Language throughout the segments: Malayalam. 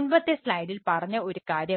മുൻപത്തെ സ്ലൈഡിൽ ഉപയോഗിക്കുന്നത്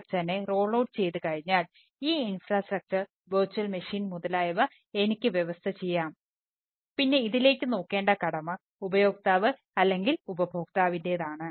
അശുർ മുതലായവ എനിക്ക് വ്യവസ്ഥ ചെയ്യാം പിന്നെ ഇതിലേക്ക് നോക്കേണ്ട കടമ ഉപയോക്താവ് അല്ലെങ്കിൽ ഉപഭോക്താവിൻറെതാണ്